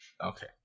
okay